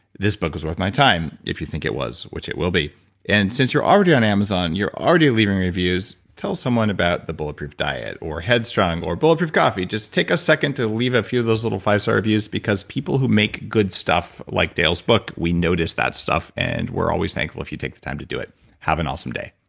this book was worth my time, if you think it was, which it will be and since you're already on amazon, you're already leaving reviews, tell someone about the bulletproof diet, or head strong, or bulletproof coffee. just take a second to leave a few of those five star reviews, because people who make good stuff like dale's book, we notice that stuff, and we're always thankful if you take the time to do it have an awesome day